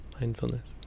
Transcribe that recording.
mindfulness